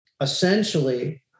essentially